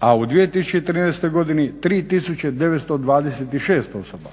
a u 2013. godini 3926 osoba.